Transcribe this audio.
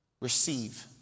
Receive